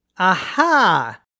Aha